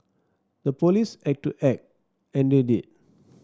the police had to act and they did